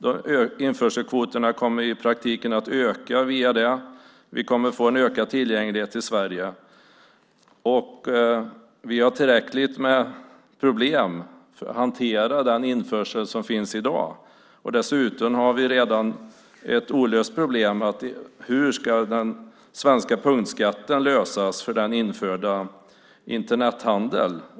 Införselkvoterna kommer i praktiken att öka. Vi kommer att få en ökad tillgänglighet i Sverige. Vi har tillräckligt med problem att hantera den införsel som finns i dag. Dessutom har vi redan ett olöst problem. Hur ska den svenska punktskattefrågan lösas gällande det som införs via Internethandeln?